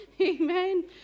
amen